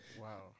Wow